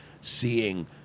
seeing